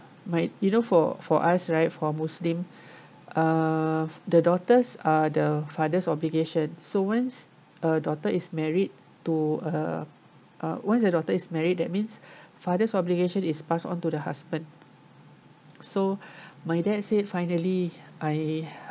might you know for for us right for muslim uh the daughters are the father's obligation so once a daughter is married to a uh once the daughter is married that means father's obligation is passed onto the husband so my dad said finally I